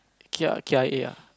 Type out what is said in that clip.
kia K I A ah